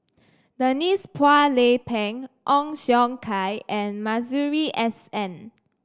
Denise Phua Lay Peng Ong Siong Kai and Masuri S N